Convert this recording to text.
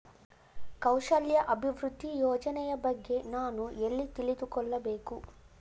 ಕೌಶಲ್ಯ ಅಭಿವೃದ್ಧಿ ಯೋಜನೆಯ ಬಗ್ಗೆ ನಾನು ಎಲ್ಲಿ ತಿಳಿದುಕೊಳ್ಳಬೇಕು?